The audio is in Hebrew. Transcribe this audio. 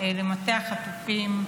למטה המשפחות להחזרת החטופים והנעדרים,